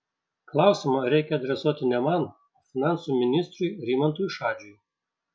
klausimą reikia adresuoti ne man o finansų ministrui rimantui šadžiui